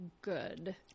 good